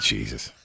Jesus